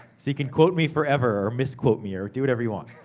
so, you can quote me forever, or misquote me, or do whatever you want.